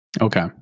Okay